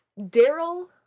Daryl